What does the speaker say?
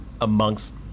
Amongst